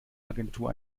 agentur